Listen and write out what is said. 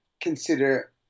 consider